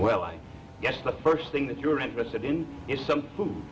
well i guess the first thing that you're interested in is some